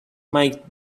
might